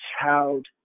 Child